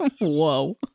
Whoa